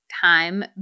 time